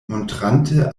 montrante